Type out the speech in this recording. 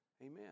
Amen